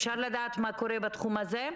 אפשר לדעת מה קורה בתחום הזה.